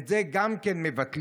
ואת זה גם כן מבטלים.